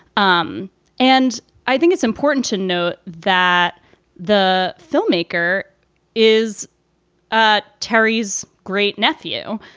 um and i think it's important to note that the filmmaker is ah terri's great nephew.